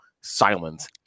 silence